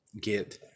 get